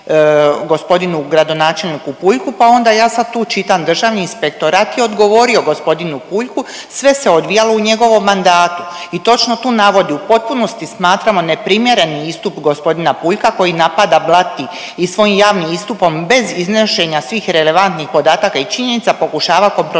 g. gradonačelniku Puljku, pa onda ja sad tu čitam, Državni inspektorat je odgovorio g. Puljku, sve se odvijalo u njegovom mandatu i točno tu navodi, u potpunosti smatramo neprimjereni istup g. Puljka koji napada, blati i svojim javnim istupom bez iznošenja svih relevantnih podataka i činjenica pokušava kompromitirati